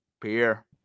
Pierre